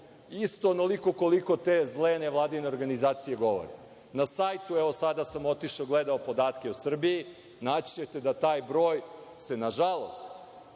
isto onoliko koliko te zle nevladine organizacije govore. Na sajtu, sada sam otišao i gledao podatke o Srbiji, naći ćete da taj broj se nažalost